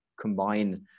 combine